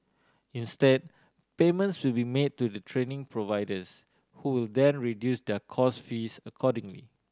instead payments will be made to the training providers who will then reduce their course fees accordingly